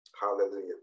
hallelujah